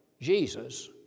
Jesus